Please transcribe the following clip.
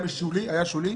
היה שולי?